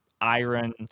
iron